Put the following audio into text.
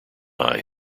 eye